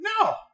No